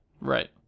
Right